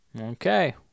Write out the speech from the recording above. Okay